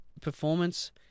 performance